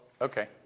okay